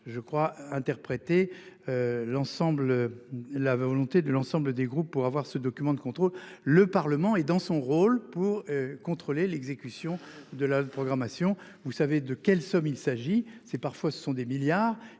je crois interpréter. L'ensemble la volonté de l'ensemble des groupes, pour avoir ce document de contrôle. Le Parlement est dans son rôle pour contrôler l'exécution de la programmation vous savez de quelle somme, il s'agit c'est parfois ce sont des milliards,